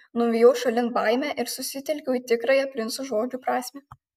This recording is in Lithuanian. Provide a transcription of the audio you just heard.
nuvijau šalin baimę ir susitelkiau į tikrąją princo žodžių prasmę